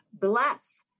bless